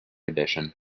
edition